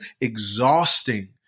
exhausting